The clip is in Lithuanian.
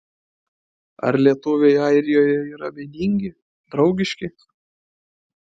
ar lietuviai airijoje yra vieningi draugiški